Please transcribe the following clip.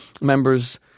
members